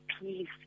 peace